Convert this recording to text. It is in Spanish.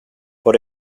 por